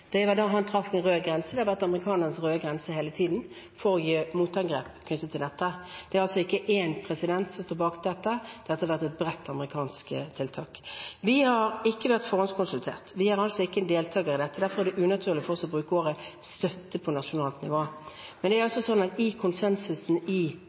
Det var da han traff en rød grense. Det har vært amerikanernes røde grense hele tiden for motangrep knyttet til dette. Det er altså ikke én president som står bak dette, dette har vært et bredt amerikansk tiltak. Vi har ikke vært forhåndskonsultert. Vi er altså ikke en deltaker i dette. Derfor er det unaturlig for oss å bruke ordet «støtte» på nasjonalt nivå. Men det er slik at når det gjelder konsensusen i